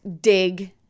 dig